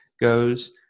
goes